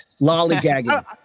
Lollygagging